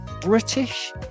British